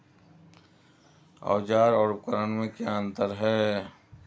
औज़ार और उपकरण में क्या अंतर है?